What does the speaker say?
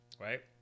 right